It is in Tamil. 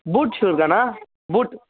பூட் ஷூ இருக்காண்ணா பூட்